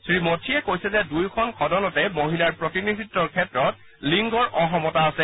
শ্ৰীমথীয়ে কৈছে দুয়োখন সদনতে মহিলাৰ প্ৰতিনিধিত্বৰ ক্ষেত্ৰত লিংগৰ অসমতা আছে